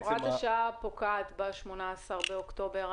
הוראת השעה פוקעת ב-18 באוקטובר.